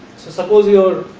suppose you are,